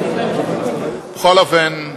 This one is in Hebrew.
בכל אופן,